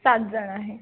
सातजण आहे